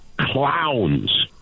clowns